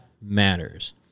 matters